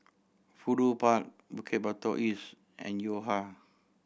Fudu Park Bukit Batok East and Yo Ha